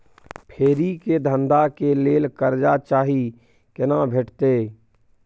फेरी के धंधा के लेल कर्जा चाही केना भेटतै?